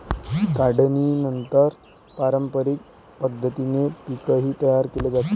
काढणीनंतर पारंपरिक पद्धतीने पीकही तयार केले जाते